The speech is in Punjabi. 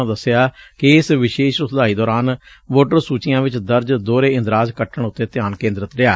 ਉਨ੍ਹਾਂ ਦਸਿਆ ਕਿ ਇਸ ਵਿਸ਼ੇਸ਼ ਸੁਧਾਈ ਦੌਰਾਨ ਵੋਟਰ ਸੁਚੀਆਂ ਵਿੱਚ ਦਰਜ ਦੋਹਰੇ ਇੰਦਰਾਜ ਕੱਟਣ ਉਤੇ ਧਿਆਨ ਕੇਂਦਰਤ ਰਿਹਾ